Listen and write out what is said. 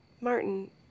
Martin